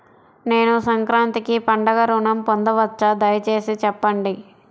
నేను సంక్రాంతికి పండుగ ఋణం పొందవచ్చా? దయచేసి చెప్పండి?